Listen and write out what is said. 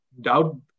doubt